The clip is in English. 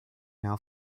now